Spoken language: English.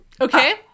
okay